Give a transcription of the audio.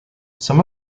some